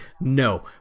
no